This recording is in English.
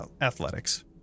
athletics